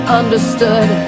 understood